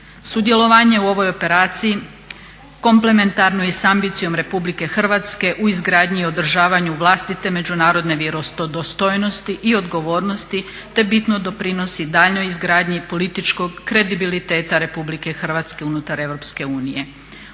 Sudjelovanje u ovoj operaciji komplementarnoj i sa ambicijom Republike Hrvatske u izgradnji i održavanju vlastite međunarodne vjerodostojnosti i odgovornosti te bitno doprinosi daljnjoj izgradnji političkog kredibiliteta Republike Hrvatske unutar